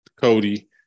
Cody